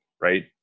Right